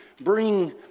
bring